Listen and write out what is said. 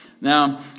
Now